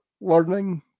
learning